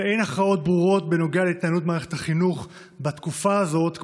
ואין הכרעות ברורות בנוגע להתנהלות מערכת החינוך בתקופה הזאת,